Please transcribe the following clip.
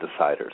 deciders